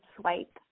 swipe